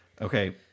Okay